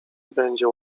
będzie